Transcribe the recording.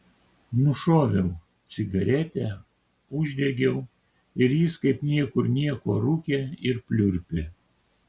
nušoviau cigaretę uždegiau ir jis kaip niekur nieko rūkė ir pliurpė